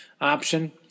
option